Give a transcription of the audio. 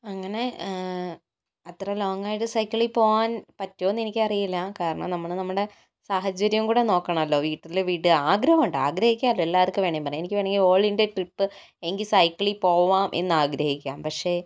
അങ്ങനെ അത്ര ലോങ്ങ് ആയിട്ട് സൈക്കിളിൽ പോകാൻ പറ്റുമോ എന്ന് എനിക്കറിയില്ല കാരണം നമ്മൾ നമ്മുടെ സാഹചര്യം കൂടി നോക്കണമല്ലോ വീട്ടില് വീട് ആഗ്രഹമുണ്ട് ആഗ്രഹിക്കാമല്ലോ എല്ലാവർക്കും വേണേൽ പറയാം എനിക്ക് വേണമെങ്കിൽ ഓൾ ഇന്ത്യ ട്രിപ്പ് എനിക്ക് സൈക്കിളിൽ പോകാം എന്ന് ആഗ്രഹിക്കാം പക്ഷേ